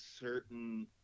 certain